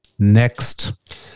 Next